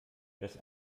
das